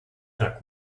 tra